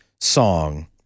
song